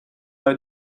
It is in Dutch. bij